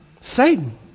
Satan